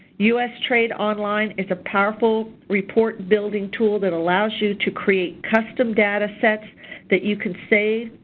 us trade online is a powerful report-building tool that allows you to create custom datasets that you can save,